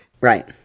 Right